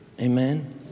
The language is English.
Amen